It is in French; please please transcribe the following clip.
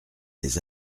des